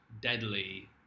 deadly